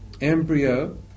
embryo